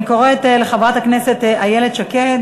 נספחות.] אני קוראת לחברת הכנסת איילת שקד